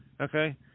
Okay